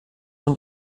und